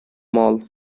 mall